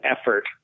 effort